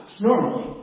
Normally